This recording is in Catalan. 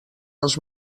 els